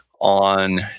on